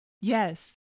Yes